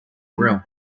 grill